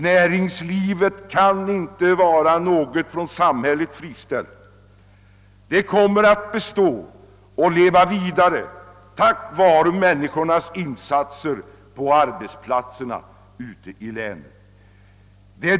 Näringslivet kan inte vara något från samhället fristående, det kommer alltid att bestå och leva vidare tack vare insatserna på arbetsplatserna ute i länen.